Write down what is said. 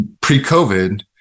pre-COVID